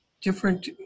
different